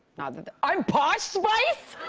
now that the i'm posh spice!